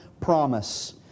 promise